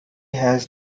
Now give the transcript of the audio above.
has